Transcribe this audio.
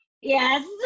Yes